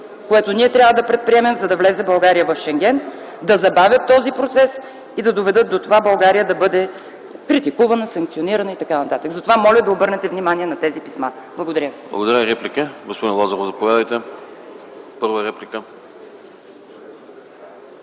което трябва да предприемем, за да влезе България в Шенген, да забавят този процес и да доведат до това България да бъде критикувана, санкционирана и т.н. Затова моля да обърнете внимание на тези писма. Благодаря. ПРЕДСЕДАТЕЛ АНАСТАС АНАСТАСОВ: Благодаря. Реплики? Господин Лазаров, заповядайте за първа реплика.